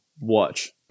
watch